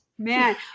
man